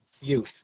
youth